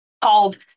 called